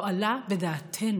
לא עלה בדעתנו